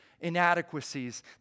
inadequacies